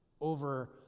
over